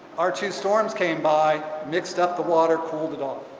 our two storms came by mixed up the water cooled it off.